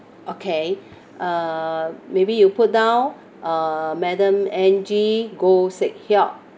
okay uh maybe you put down uh madam angie goh sek heok